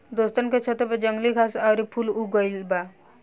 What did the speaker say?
दोस्तन के छतों पर जंगली घास आउर फूल उग गइल बा